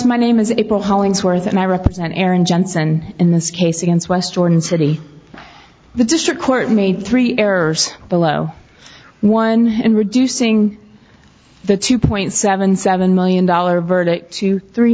my name is april hollingsworth and i represent aaron johnson in this case against west jordan city the district court made three errors below one in reducing the two point seven seven million dollar verdict to three